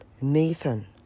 Nathan